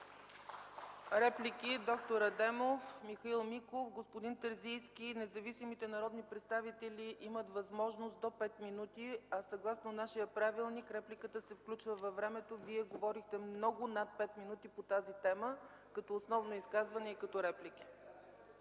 Реплики? Доктор Адемов, Михаил Миков, господин Терзийски. Независимите народни представители имат възможност до пет минути да се изкажат, а съгласно нашия правилник репликата се включва във времето. Вие говорихте много над пет минути по тази тема, като основно изказване и като реплики.